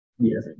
Yes